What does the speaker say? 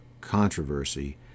controversy